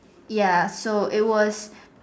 ya so it was